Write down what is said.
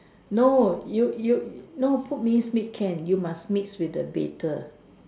no you you no put me meet can you must meet sweet be to